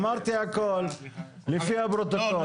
אמרתי הכל, לפי הפרוטוקול.